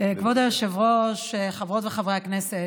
כבוד היושב-ראש, חברות וחברי הכנסת,